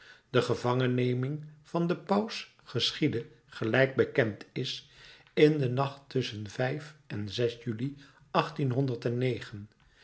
de gevangenneming van den paus geschiedde gelijk bekend is in den nacht tusschen den